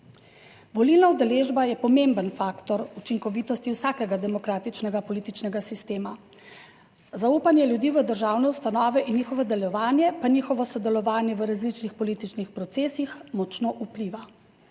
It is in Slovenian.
Volilna udeležba je pomemben faktor učinkovitosti vsakega demokratičnega političnega sistema. Zaupanje ljudi v državne ustanove in njihovo delovanje pa njihovo sodelovanje v različnih političnih procesih močno vpliva.